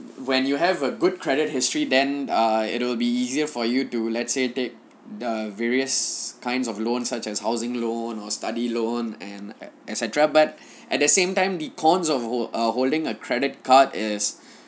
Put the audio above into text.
when you have a good credit history then err it will be easier for you to let's say take the various kinds of loans such as housing loan or study loan and et cetera but at the same time the cons of hold uh holding a credit card is